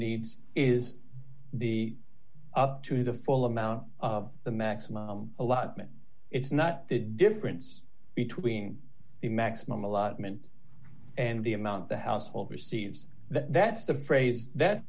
needs is the up to the full amount the maximum allotment it's not the difference between the maximum allotment and the amount the household receives that the phrase that